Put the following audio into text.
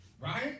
Right